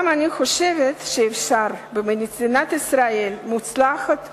אני גם חושבת שבמדינת ישראל המוצלחת,